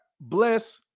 bless